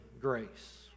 grace